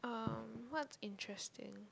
um what's interesting